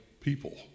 people